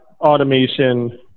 automation